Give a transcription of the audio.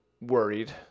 worried